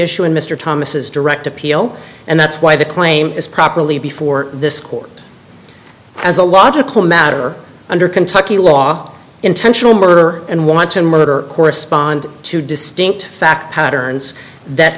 issue in mr thomas's direct appeal and that's why the claim is properly before this court as a logical matter under kentucky law intentional murder and want to murder correspond to distinct fact patterns that